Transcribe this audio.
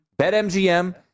BetMGM